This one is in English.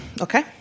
Okay